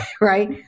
right